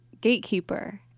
gatekeeper